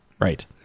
Right